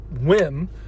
whim